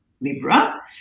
Libra